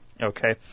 Okay